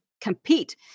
compete